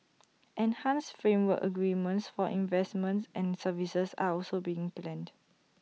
enhanced framework agreements for investments and services are also being planned